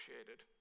appreciated